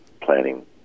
planning